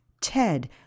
Ted